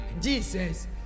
Jesus